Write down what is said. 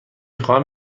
خواهم